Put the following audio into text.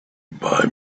buy